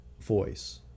voice